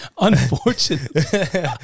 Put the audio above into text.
Unfortunately